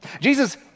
Jesus